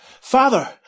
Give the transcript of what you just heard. Father